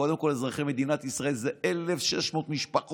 קודם כול, אזרחי מדינת ישראל, זה 1,600 משפחות,